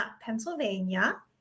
Pennsylvania